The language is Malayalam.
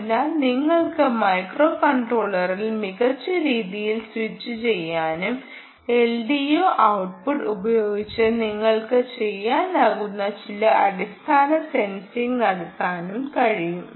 അതിനാൽ നിങ്ങൾക്ക് മൈക്രോ കൺട്രോളറിൽ മികച്ച രീതിയിൽ സ്വിച്ചുചെയ്യാനും എൽഡിഒ ഔട്ട്പുട്ട് ഉപയോഗിച്ച് നിങ്ങൾക്ക് ചെയ്യാനാകുന്ന ചില അടിസ്ഥാന സെൻസിംഗ് നടത്താനും കഴിയും